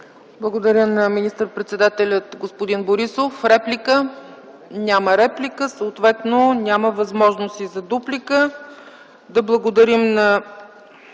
Благодаря на министър-председателя господин Борисов. Реплика? Няма реплика, съответно няма възможност и за дуплика.